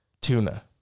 tuna